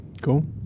cool